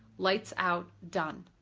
lights out, done.